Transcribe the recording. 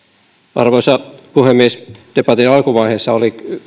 arvoisa puhemies debatin alkuvaiheessa oli